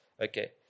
Okay